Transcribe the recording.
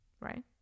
Right